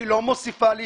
היא לא מוסיפה לי.